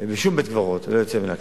בשום בית-קברות, ללא יוצא מן הכלל.